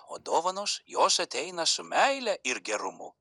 o dovanos jos ateina su meile ir gerumu